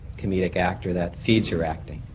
comedic actor that feeds your acting?